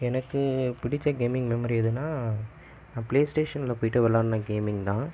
எனக்கு பிடிச்ச கேமிங்கில் மெமரி எதுன்னா நான் பிளே ஸ்டேஷனில் போகிட்டு விளையாட்டின கேமிங் தான்